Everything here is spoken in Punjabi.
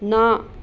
ਨਾ